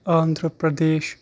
Andhra Pradesh